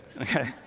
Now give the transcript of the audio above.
okay